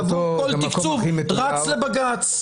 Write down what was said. בעבור כל תקצוב רץ לבג"ץ.